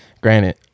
granted